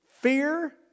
fear